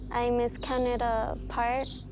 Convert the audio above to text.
i miss counted a part,